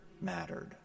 mattered